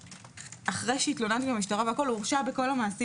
ואחרי שהתלוננתי במשטרה הוא הורשע בכל המעשים